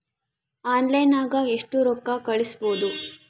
ಆನ್ಲೈನ್ನಾಗ ಎಷ್ಟು ರೊಕ್ಕ ಕಳಿಸ್ಬೋದು